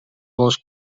болуш